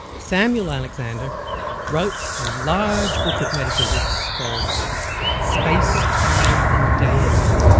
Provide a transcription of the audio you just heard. samuel alexander wrote a large book of metaphysics called space, time and deity.